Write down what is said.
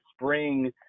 spring